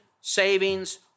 savings